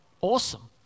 Awesome